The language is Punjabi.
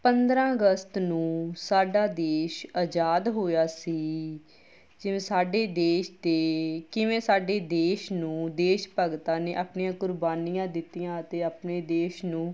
ਪੰਦਰ੍ਹਾਂ ਅਗਸਤ ਨੂੰ ਸਾਡਾ ਦੇਸ਼ ਆਜ਼ਾਦ ਹੋਇਆ ਸੀ ਜਿਵੇਂ ਸਾਡੇ ਦੇਸ਼ ਦੇ ਕਿਵੇਂ ਸਾਡੇ ਦੇਸ਼ ਨੂੰ ਦੇਸ਼ ਭਗਤਾਂ ਨੇ ਆਪਣੀਆਂ ਕੁਰਬਾਨੀਆਂ ਦਿੱਤੀਆਂ ਅਤੇ ਆਪਣੇ ਦੇਸ਼ ਨੂੰ